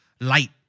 light